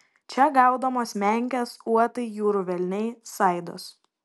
čia gaudomos menkės uotai jūrų velniai saidos